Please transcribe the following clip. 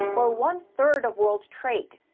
or one-third of world trade.